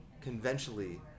conventionally